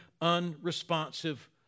unresponsive